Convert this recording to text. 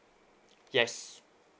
yes